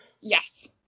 yes